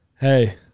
hey